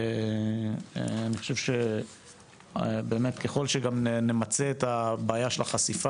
ואני חושב שבאמת ככל שגם נמצה את הבעיה של החשיפה